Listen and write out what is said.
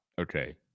okay